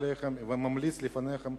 אני פונה אליכם וממליץ לפניכם,